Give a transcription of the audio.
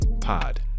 Pod